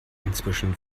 inzwischen